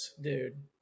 dude